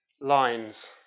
lines